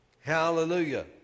Hallelujah